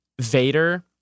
Vader